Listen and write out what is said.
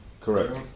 correct